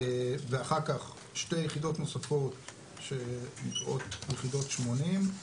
ואחר כך שתי יחידות נוספות שנקראות יחידות 80,